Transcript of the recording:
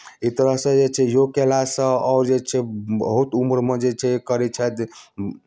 एहि तरह जे छै से योग कयलासँ आओर जे छै बहुत उम्रमे जे छै करैत छथि